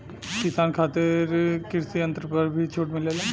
किसान खातिर कृषि यंत्र पर भी छूट मिलेला?